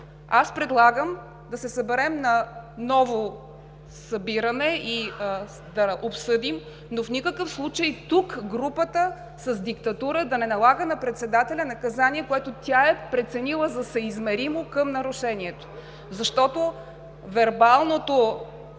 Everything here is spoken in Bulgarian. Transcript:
Аз предлагам да се съберем наново и да обсъдим, но в никакъв случай тук групата с диктатура да не налага на председателя наказание, което тя е преценила за съизмеримо към нарушението. Защото вербалното